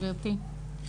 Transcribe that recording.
גברתי,